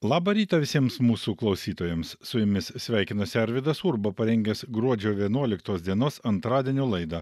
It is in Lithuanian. labą rytą visiems mūsų klausytojams su jumis sveikinasi arvydas urba parengęs gruodžio vienuoliktos dienos antradienio laidą